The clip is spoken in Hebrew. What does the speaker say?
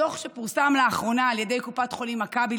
בדוח שפורסם לאחרונה על ידי קופת חולים מכבי,